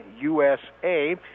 USA